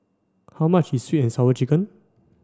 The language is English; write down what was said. how much is sweet and sour chicken